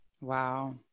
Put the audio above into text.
Wow